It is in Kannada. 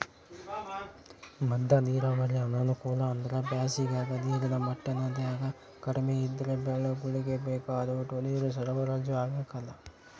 ಮದ್ದ ನೀರಾವರಿ ಅನಾನುಕೂಲ ಅಂದ್ರ ಬ್ಯಾಸಿಗಾಗ ನೀರಿನ ಮಟ್ಟ ನದ್ಯಾಗ ಕಡಿಮೆ ಇದ್ರ ಬೆಳೆಗುಳ್ಗೆ ಬೇಕಾದೋಟು ನೀರು ಸರಬರಾಜು ಆಗಕಲ್ಲ